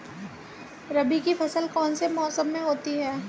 रबी की फसल कौन से मौसम में होती है?